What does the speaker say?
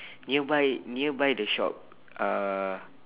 nearby nearby the shop uh